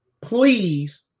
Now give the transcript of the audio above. Please